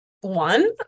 one